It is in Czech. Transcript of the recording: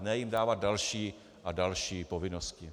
Ne jim dávat další a další povinnosti.